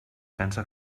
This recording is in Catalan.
pensa